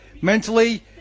mentally